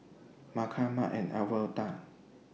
Marsha Mart and Alverda